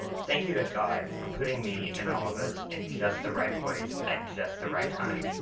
thank you to god for putting me and all of us in just the right place at just the right time.